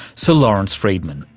so lawrence freedman,